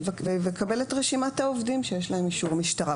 ויקבל את רשימת העובדים שיש להם אישור משטרה.